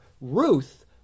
Ruth